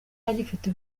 agifite